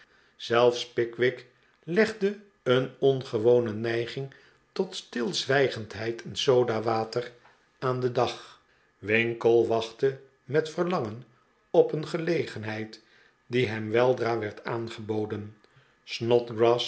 zelfs pickwick legde een ongewone neiging tot stilzwijgendheid en sodawater aan den dag winkle wachtte met verlangen op een gelegenheid die hem weldra werd aangeboden